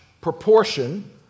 proportion